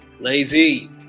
Lazy